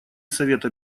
совета